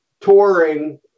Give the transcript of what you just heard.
touring